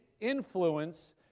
influence